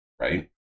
Right